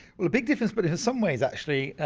well a big difference but in some ways, actually,